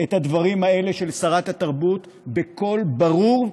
את הדברים האלה של שרת התרבות בקול ברור,